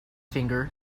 finger